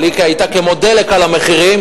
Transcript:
אבל היא היתה כמו דלק על המחירים,